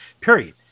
period